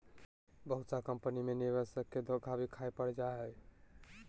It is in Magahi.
बहुत सा कम्पनी मे निवेशक के धोखा भी खाय पड़ जा हय